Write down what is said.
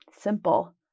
simple